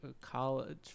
college